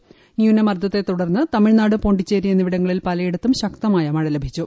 എന്നാൽ തീവ്ര ന്യൂനമർദ്ദത്തെ തുടർന്ന് തമിഴ്നാട് പോണ്ടിച്ചേരി എന്നിവിടങ്ങളിൽ പലയിടത്തും ശക്തമായ മഴ ലഭിച്ചു